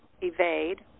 evade